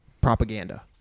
propaganda